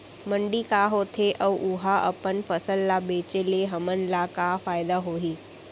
मंडी का होथे अऊ उहा अपन फसल ला बेचे ले हमन ला का फायदा होही?